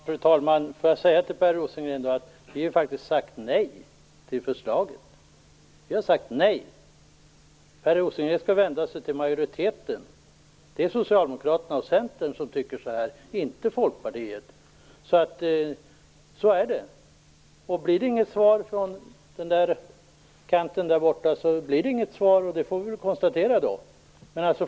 Fru talman! Per Rosengren! Folkpartiet har faktiskt sagt nej till förslaget. Per Rosengren skall vända sig till majoriteten. Det är Socialdemokraterna och Centern som tycker så här - inte Folkpartiet. Så är det, och blir det inget svar från kanten där borta så blir det inget svar. Det är bara att konstatera.